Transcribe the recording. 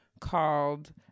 called